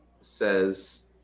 says